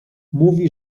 mówi